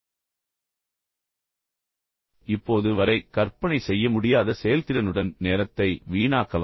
மீண்டும் ஒரு முறை நினைவில் கொள்ளுங்கள் தொழில்நுட்பத்திற்கு நன்றி இப்போது வரை கற்பனை செய்ய முடியாத செயல்திறனுடன் நேரத்தை வீணாக்கலாம்